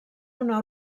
una